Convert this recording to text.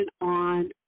on